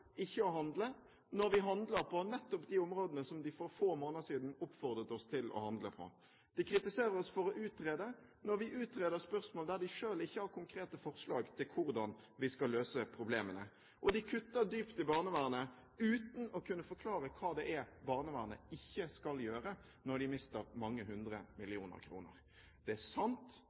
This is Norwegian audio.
ikke å handle, når vi handler på nettopp de områdene som de for få måneder siden oppfordret oss til å handle. De kritiserer oss for å utrede, når vi utreder spørsmål der de selv ikke har konkrete forslag til hvordan vi skal løse problemene. Og de kutter dypt i barnevernet uten å kunne forklare hva det er barnevernet ikke skal gjøre når de mister mange hundre millioner kroner. Det er sant